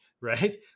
right